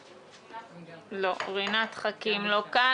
לא, רינת חכים כאן.